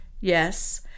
Yes